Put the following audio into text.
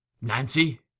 Nancy